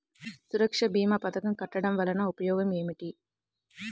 సురక్ష భీమా పథకం కట్టడం వలన ఉపయోగం ఏమిటి?